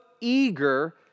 eager